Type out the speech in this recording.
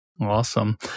Awesome